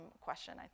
question